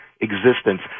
existence